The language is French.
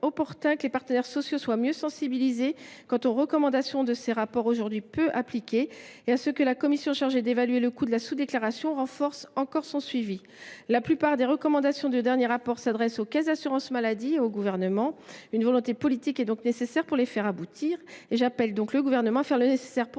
que les partenaires sociaux soient mieux sensibilisés aux recommandations de ces rapports, qui sont aujourd’hui peu appliquées, et que la commission chargée d’évaluer le coût de la sous déclaration renforce encore son suivi. La plupart des recommandations du dernier rapport s’adressent aux caisses d’assurance maladie et au Gouvernement. Une volonté politique étant nécessaire, j’invite le Gouvernement à faire le nécessaire pour